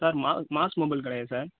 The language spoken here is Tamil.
சார் மா மாஸ் மொபைல் கடையா சார்